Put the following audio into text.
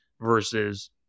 versus